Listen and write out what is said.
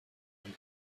and